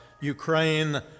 Ukraine